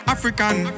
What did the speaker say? African